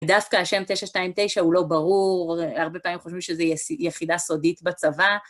דווקא השם 929 הוא לא ברור, הרבה פעמים חושבים שזה יחידה סודית בצבא.